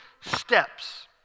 steps